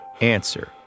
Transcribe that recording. Answer